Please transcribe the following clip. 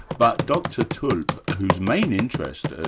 but dr tulp whose main interest, ah